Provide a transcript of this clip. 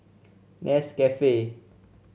Nescafe